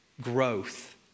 growth